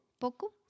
Poco